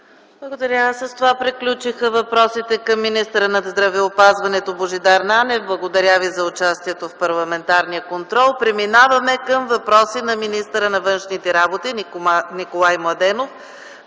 Благодаря. С това приключиха въпросите към министъра на здравеопазването Божидар Нанев. Благодаря Ви за участието в парламентарния контрол, господин министър. Преминаваме към въпроси към министъра на външните работи Николай Младенов.